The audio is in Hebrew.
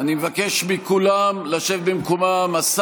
הסיפורים שנאמרו על החוק הנורבגי או באופן כללי על דברים שאנחנו